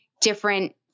different